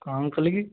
କ'ଣ କଲି କି